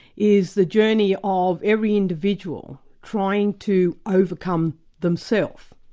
is the journey of every individual trying to overcome themselves.